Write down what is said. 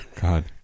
God